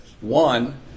one